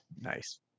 Nice